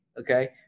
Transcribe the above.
okay